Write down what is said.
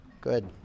good